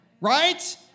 right